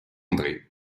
andré